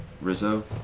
Rizzo